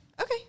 Okay